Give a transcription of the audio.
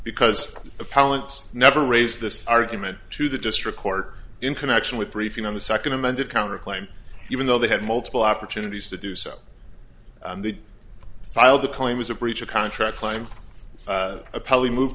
because the palance never raised this argument to the district court in connection with briefing on the second amended counterclaim even though they had multiple opportunities to do so they filed the claim was a breach of contract claim a public move